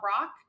rock